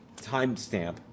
timestamp